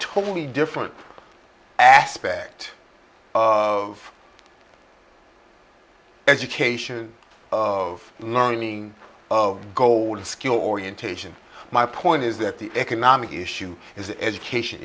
totally different aspect of education of learning of gold skill orientation my point is that the economic issue is education